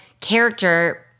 character